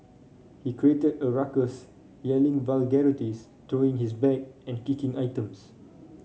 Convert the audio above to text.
he created a ruckus yelling vulgarities throwing his bag and kicking items